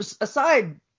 aside